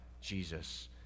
Jesus